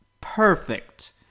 perfect